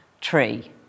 tree